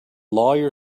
lawyer